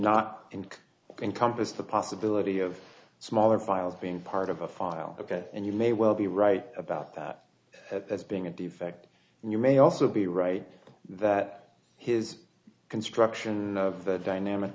not and can compass the possibility of smaller files being part of a file ok and you may well be right about that as being a defect and you may also be right that his construction of the dynamic